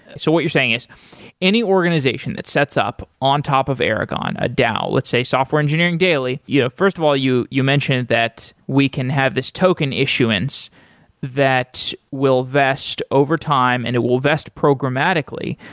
so what you're saying is any organization that sets up on top of aragon, a dao, let's say software engineering daily, you know first of all you you mentioned that we can have this token issuance that will vest over time and it will vest programmatically.